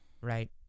right